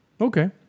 Okay